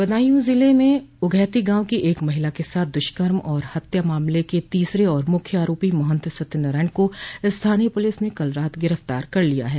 बदायूं जिले में उघैती गाँव की एक महिला के साथ दुष्कर्म और हत्या मामले के तीसरे और मुख्य आरोपी महंत सत्यनारायण को स्थानीय पुलिस ने कल रात गिरफ्तार कर लिया है